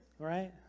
right